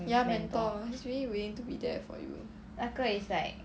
ya mentor he's really willing to be there for you